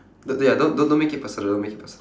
look ya don't don't don't make it personal make it person~